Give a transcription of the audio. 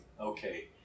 okay